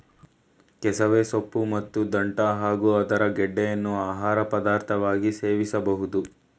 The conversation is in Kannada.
ಕೆಸವೆ ಸೊಪ್ಪು ಮತ್ತು ದಂಟ್ಟ ಹಾಗೂ ಅದರ ಗೆಡ್ಡೆಯನ್ನು ಆಹಾರ ಪದಾರ್ಥವಾಗಿ ಸೇವಿಸಬೋದು